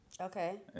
Okay